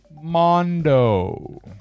Mondo